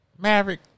Maverick